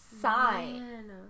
sign